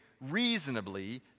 reasonably